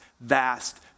vast